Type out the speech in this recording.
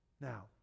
Now